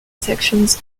sections